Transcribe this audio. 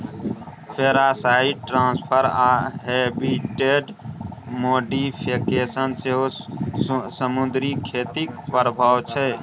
parasite transfer आ habitat modification सेहो समुद्री खेतीक प्रभाब छै